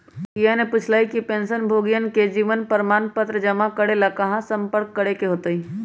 रियंकावा ने पूछल कई कि पेंशनभोगियन के जीवन प्रमाण पत्र जमा करे ला कहाँ संपर्क करे ला होबा हई?